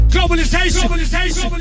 Globalization